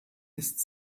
ist